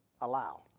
allow